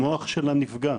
המוח שלה נפגע.